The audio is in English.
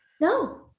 No